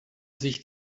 sich